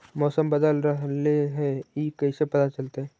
मौसम बदल रहले हे इ कैसे पता चलतै?